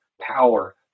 power